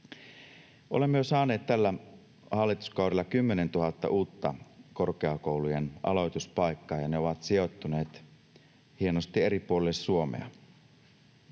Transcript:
Olemme saaneet tällä hallituskaudella 10 000 uutta korkeakoulujen aloituspaikkaa, ja ne ovat sijoittuneet hienosti eri puolille Suomea.